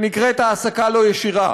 שנקראת העסקה לא ישירה.